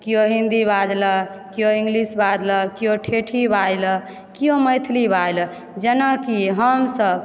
केओ हिन्दी बाजलक केओ इंग्लिश बाजलक कोई ठेठही बाजलक कोई मैथिली बाजलक जेनाकि हमसभ